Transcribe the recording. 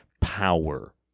power